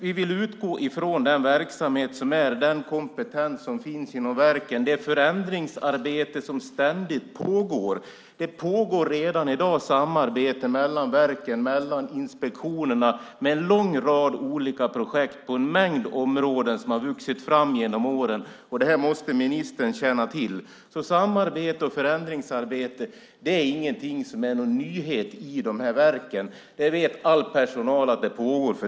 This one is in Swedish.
Vi vill utgå från den verksamhet och kompetens som finns inom verken och det förändringsarbete som ständigt pågår. Det pågår redan i dag samarbete mellan verken och inspektionerna. Man har en lång rad olika projekt på en mängd områden som har vuxit fram genom åren. Det måste ministern känna till. Samarbete och förändringsarbete är inte någon nyhet i verken. All personal vet att det pågår.